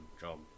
job